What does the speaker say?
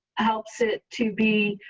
helps it to be.